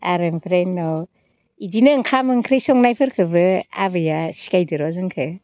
आरो ओमफ्राय उनाव बिदिनो ओंखाम ओंख्रि संनायफोरखौबो आबैया सिखायदोर' जोंखौ